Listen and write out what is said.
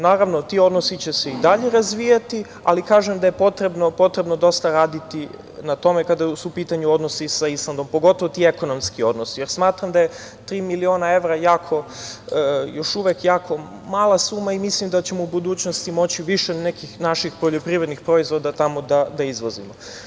Naravno, ti odnosi će se i dalje razvijati, ali kažem da je potrebno dosta raditi na tome kada su u pitanju odnosi sa Islandom, pogotovo ti ekonomski odnosi, jer smatram da je tri miliona evra još uvek jako malo suma i mislim da ćemo u budućnosti moći više nekih naših poljoprivrednih proizvoda tamo da izvozimo.